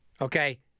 okay